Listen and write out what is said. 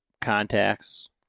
contacts